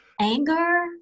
anger